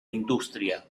industria